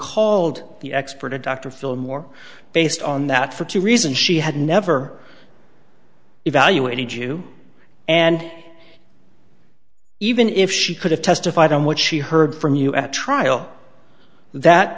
called the expert a doctor film or based on that for two reasons she had never evaluated you and even if she could have testified on what she heard from you at trial that